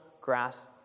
grass